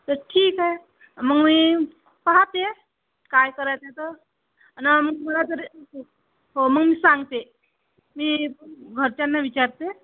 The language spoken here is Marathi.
तर ठीक आहे मग मी पाहते काय करायच तर आणि मग मला तरी हो मग मी सांगते मी घरच्यांना विचारते